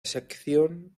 sección